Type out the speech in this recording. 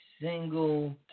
single